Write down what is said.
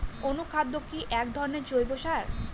অনুখাদ্য কি এক ধরনের জৈব সার?